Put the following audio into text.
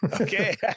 Okay